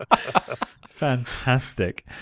Fantastic